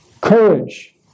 courage